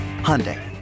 hyundai